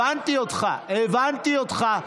הבנתי אותך, הבנתי אותך.